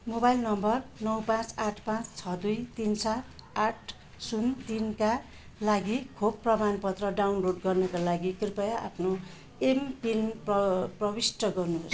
mobile number नौ पाँच आठ पाँच छ दुई तिन सात आठ शून्य तिनका लागि खोप प्रमाणपत्र डाउनलोड गर्नाका लागि कृपया आफ्नो एमपिन प्रविष्ट गर्नुहोस्